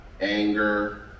anger